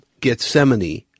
Gethsemane